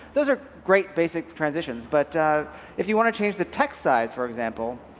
those are great basic transitions. but if you want to change the text size, for example,